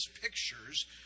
pictures